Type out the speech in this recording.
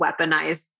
weaponize